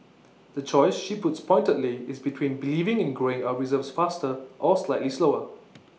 the choice she puts pointedly is between believing in growing our reserves faster or slightly slower